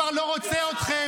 העם כבר לא רוצה אתכם.